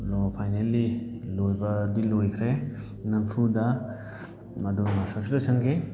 finally ꯂꯣꯏꯕꯗꯤ ꯂꯣꯏꯈ꯭ꯔꯦ ꯅꯝꯐꯨꯗ ꯃꯗꯨ ꯃꯁꯇꯔꯁꯨ ꯂꯣꯏꯁꯟꯈꯤ